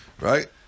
Right